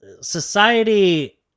society